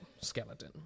skeleton